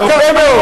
בהרבה מאוד.